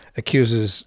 accuses